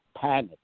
panic